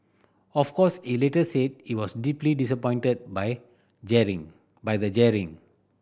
of course he later said he was deeply disappointed by jeering by the jeering